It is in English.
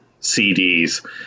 CDs